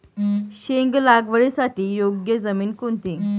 शेंग लागवडीसाठी योग्य जमीन कोणती?